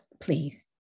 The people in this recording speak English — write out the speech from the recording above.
Please